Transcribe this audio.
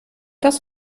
das